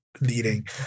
leading